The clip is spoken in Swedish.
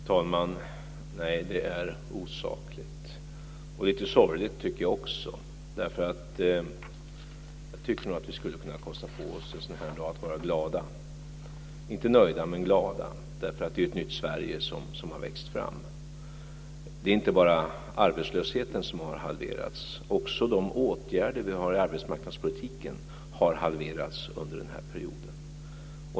Fru talman! Nej, det är osakligt och lite sorgligt, tycker jag också. Jag tycker att vi en sådan här dag skulle kunna kosta på oss att vara glada - inte nöjda, men glada. Det är ett nytt Sverige som har växt fram. Det är inte bara arbetslösheten som har halverats. Också de åtgärder vi har i arbetsmarknadspolitiken har halverats under den här perioden.